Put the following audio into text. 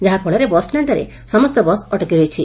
ଯାହାଫଳରେ ବସ୍ଷାଣ୍ଠାରେ ସମସ୍ତ ବସ୍ ଅଟକି ରହିଛି